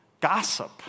gossip